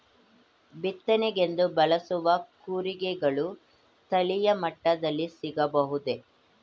ಬಿತ್ತನೆಗೆಂದು ಬಳಸುವ ಕೂರಿಗೆಗಳು ಸ್ಥಳೀಯ ಮಟ್ಟದಲ್ಲಿ ಸಿಗಬಹುದೇ?